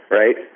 right